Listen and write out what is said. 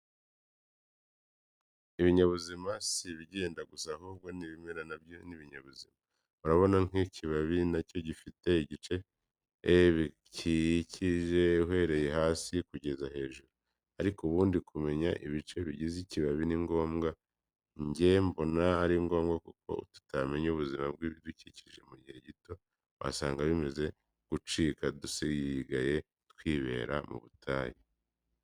Ibinyabuzima si ibigenda gusa ahubwo n'ibimera na byo ni ibinyabuzima, urabona nk'ikibabi na cyo gifite ibice bikigize uhereye hasi kugeza hejuru. Ariko ubundi kumenya ibice bigize ikibabi ni ngombwa? Jye mbona ari ngombwa kuko tutamenye ubuzima bwibidukikije mu gihe gito wasanga bimaze gucika dusigaye twibera mu butayu.